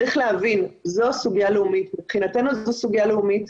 צריך להבין, מבחינתנו זו סוגיה לאומית.